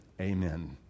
Amen